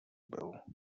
byl